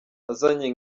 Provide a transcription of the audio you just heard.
azanye